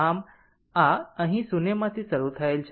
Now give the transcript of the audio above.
આમ આ અહીં શૂન્યમાંથી શરૂ થયેલ છે